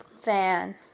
fan